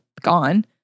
gone